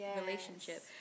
relationship